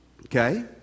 Okay